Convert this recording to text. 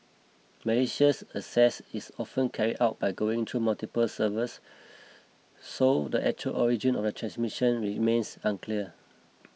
malicious access is often carried out by going through multiple servers so the actual origin of the transmission remains unclear